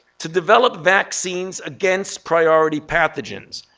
to develop vaccines against priority pathogens.